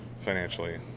financially